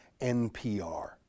NPR